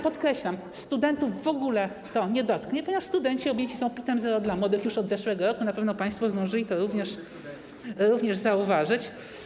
Podkreślam, studentów w ogóle to nie dotknie, ponieważ studenci objęci są PIT-em zero dla młodych już od zeszłego roku, na pewno państwo zdążyli to zauważyć.